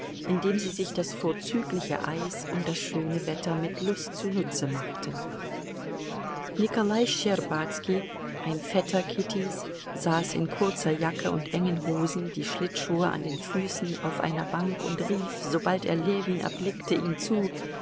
indem sie sich das vorzügliche eis und das schöne wetter mit lust zunutze machten nikolai schtscherbazki ein vetter kittys saß in kurzer jacke und engen hosen die schlittschuhe an den füßen auf einer bank und rief sobald er ljewin erblickte ihm zu